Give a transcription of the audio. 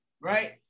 right